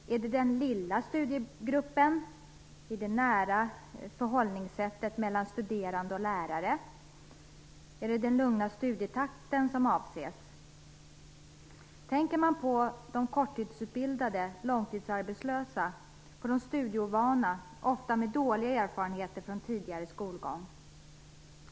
Menar man den lilla studiegruppen i ett nära förhållningssätt mellan studerande och lärare? Är det den lugna studietakten som avses? Tänker man på de korttidsutbildade, på de långtidsarbetslösa eller på de studieovana som ofta har dåliga erfarenheter från tidigare skolgång?